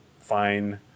fine